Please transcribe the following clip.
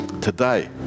Today